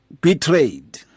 betrayed